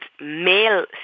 male